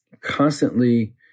constantly